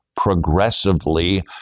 progressively